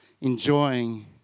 enjoying